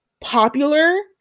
popular